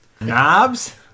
Knobs